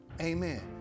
Amen